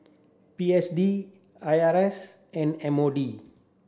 P S D I R A S and M O D